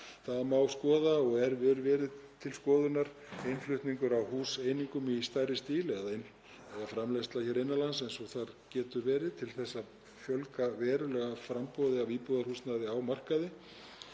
Það má skoða og nú er til skoðunar innflutningur á húseiningum í stærri stíl eða framleiðsla hér innan lands eins og það getur orðið til þess að auka verulega framboð á íbúðarhúsnæði á markaði.